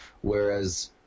whereas